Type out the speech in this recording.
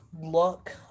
look